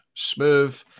Smooth